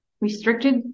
restricted